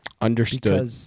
Understood